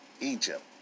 Egypt